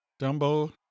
Dumbo